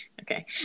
Okay